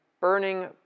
burning